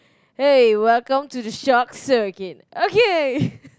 hey welcome to the shock circuit okay